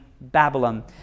Babylon